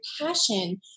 passion